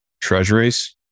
treasuries